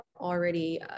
already